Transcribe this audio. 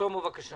שלמה קרעי, בבקשה.